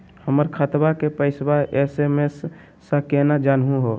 हमर खतवा के पैसवा एस.एम.एस स केना जानहु हो?